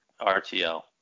RTL